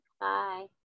Bye